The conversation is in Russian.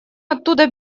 оттуда